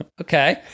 Okay